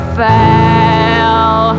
fell